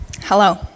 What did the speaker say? hello